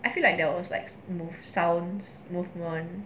I feel like there was like move sounds movement